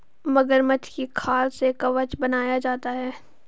मगरमच्छ की खाल से कवच बनाया जाता है